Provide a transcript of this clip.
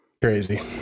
crazy